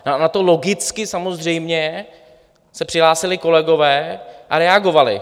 A na to logicky, samozřejmě se přihlásili kolegové a reagovali.